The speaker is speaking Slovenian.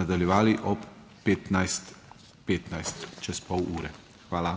nadaljevali ob 15.15 čez pol ure. Hvala.